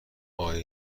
آیا